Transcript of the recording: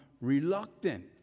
reluctant